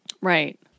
Right